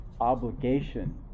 obligation